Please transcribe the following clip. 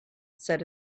said